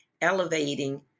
elevating